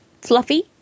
fluffy